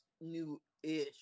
new-ish